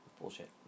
Bullshit